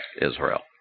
Israel